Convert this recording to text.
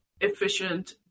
efficient